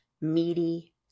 meaty